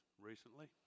recently